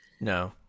No